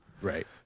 Right